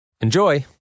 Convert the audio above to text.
Enjoy